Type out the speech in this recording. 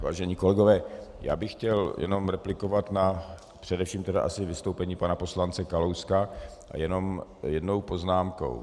Vážení kolegové, já bych chtěl jenom replikovat na především tedy asi vystoupení pana poslance Kalouska jenom jednou poznámkou.